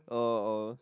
oh oh